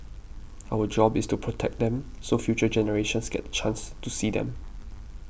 our job is to protect them so future generations get chance to see them